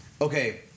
okay